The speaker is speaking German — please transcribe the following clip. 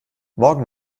morgen